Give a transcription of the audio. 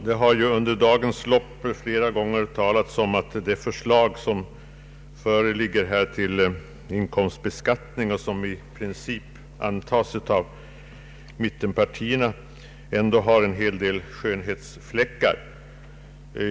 Herr talman! Under dagens lopp har det flera gånger framhållits att det skatteförslag som föreligger och som i princip godtas av mittenpartierna ändå har en hel del skönhetsfläckar.